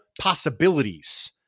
possibilities